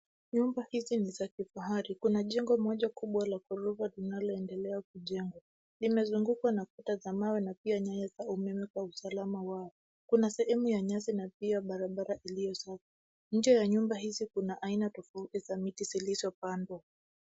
Nyumba hizi ni za kufahari. Kuna jengo moja kubwa la ghorofa linaloendelea kujengwa. Limezungukwa na kuta za mawe na pia nyaya za umeme kwa usalama wao. Kuna sehemu ya nyasi na pia barabara iliyo safi. Nje ya nyumba hizi, kuna aina tofauti za miti zilizopandwa.